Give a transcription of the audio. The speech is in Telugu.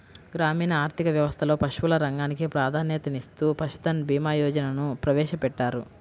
గ్రామీణ ఆర్థిక వ్యవస్థలో పశువుల రంగానికి ప్రాధాన్యతనిస్తూ పశుధన్ భీమా యోజనను ప్రవేశపెట్టారు